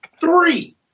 Three